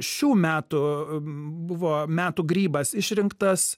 šių metų buvo metų grybas išrinktas